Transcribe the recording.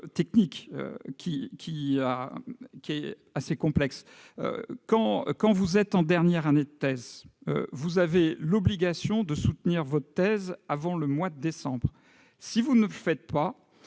technique un peu complexe. Quand vous êtes en dernière année de thèse, vous avez l'obligation de soutenir votre thèse avant le mois de décembre. Si vous ne le faites pas,